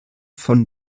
von